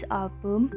album